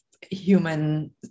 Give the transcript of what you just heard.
human